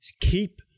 keep